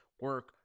Work